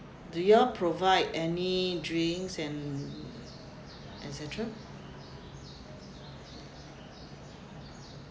do you all provide any drinks and et cetera